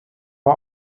war